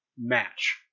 match